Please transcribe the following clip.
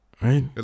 right